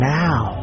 now